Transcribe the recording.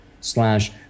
Slash